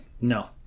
No